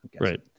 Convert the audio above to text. Right